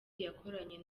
yakoranye